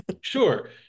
Sure